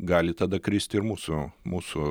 gali tada kristi ir mūsų mūsų